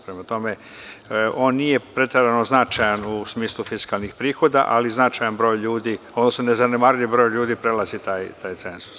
Prema tome, on nije preterano značajan u smislu fiskalnih prihoda, ali značajan broj ljudi, odnosno nezanemarljiv broj ljudi prelazi taj cenzus.